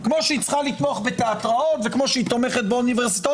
כמו שהיא צריכה לתמוך בתיאטראות וכמו שהיא תומכת באוניברסיטאות.